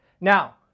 Now